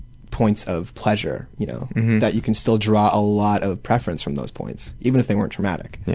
points of pleasure, you know that you can still draw a lot of preference from those points, even if they weren't traumatic. yeah.